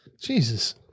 Jesus